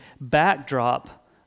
backdrop